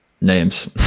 names